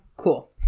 cool